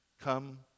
Come